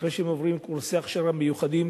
אחרי שהם עוברים קורסי הכשרה מיוחדים,